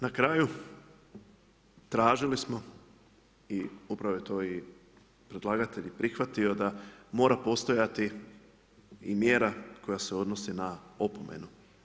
Na kraju tražili smo i upravo je to predlagatelj i prihvatio da mora postojati i mjera koja se odnosi na opomenu.